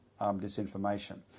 disinformation